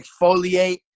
exfoliate